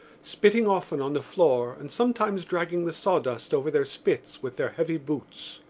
spitting often on the floor and sometimes dragging the sawdust over their spits with their heavy boots.